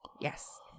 Yes